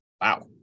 Wow